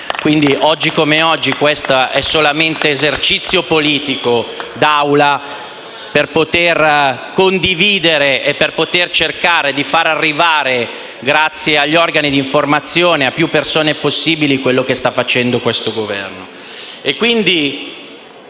Oggi come oggi, questo è solamente esercizio politico d'Assemblea per poter condividere e cercare di far arrivare, grazie agli organi di informazione, a più persone possibile, quanto sta facendo questo Governo.